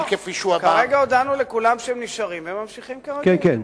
כרגע הודענו לכולם שהם נשארים, והם ממשיכים כרגיל.